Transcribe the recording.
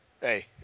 hey